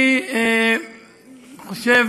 אני חושב